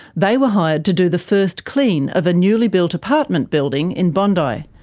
they were hired to do the first clean of a newly built apartment building in bondi.